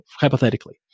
hypothetically